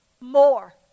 more